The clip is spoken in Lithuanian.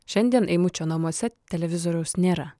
šiandien eimučio namuose televizoriaus nėra